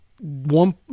one